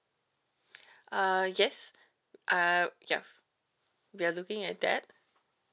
uh yes uh ya we are looking at that